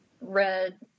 red